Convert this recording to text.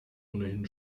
ohnehin